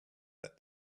that